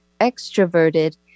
extroverted